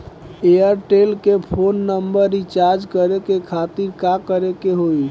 Airtel के phone number recharge करे के खातिर का करे के होई?